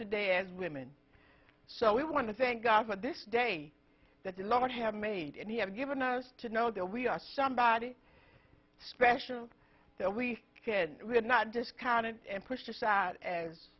today as women so we want to thank god for this day that the lord have made and he has given us to know that we are somebody special that we can not discount it and pushed aside as